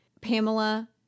Pamela